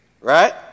right